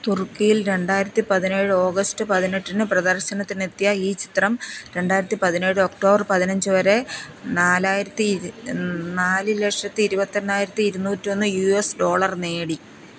തുർക്കിയിൽ രണ്ടായിരത്തി പതിനേഴ് ഓഗസ്റ്റ് പതിനെട്ടിന് പ്രദർശനത്തിനെത്തിയ ഈ ചിത്രം രണ്ടായിരത്തി പതിനേഴ് ഒക്റ്റോബർ പതിനഞ്ച് വരെ നാലായിരത്തി നാല് ലക്ഷത്തി ഇരുപത്തെണ്ണായിരത്തി ഇരുന്നൂറ്റൊന്ന് യൂ എസ് ഡോളർ നേടി